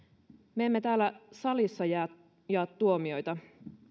me emme täällä salissa jaa tuomioita